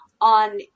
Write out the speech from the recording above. on